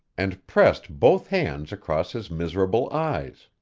and pressed both hands across his miserable eyes.